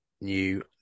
new